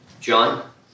John